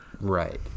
Right